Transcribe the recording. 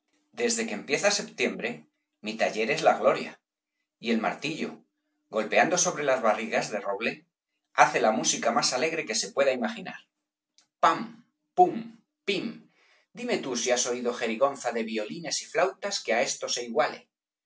desde que empieza septiembre mi taller es la gloria y el martillo golpeando sobre las barrigas de roble hace la música más alegre que se puede imaginar pam pum pim dime tú si has oído jerigonza de violines y flautas que á esto se iguale